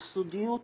בסודיות,